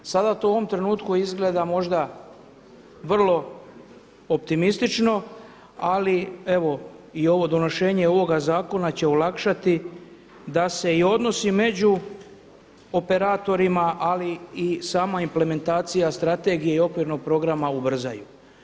Sada to u ovom trenutku izgleda možda vrlo optimistično, ali evo i ovo donošenje ovoga zakona će olakšati da se i odnosi među operatorima, ali i sama implementacija strategije i okvirnog programa ubrzaju.